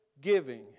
giving